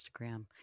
Instagram